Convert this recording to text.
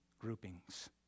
groupings